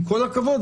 עם כל הכבוד,